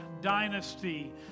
Dynasty